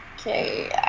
okay